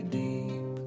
deep